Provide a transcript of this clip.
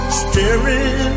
staring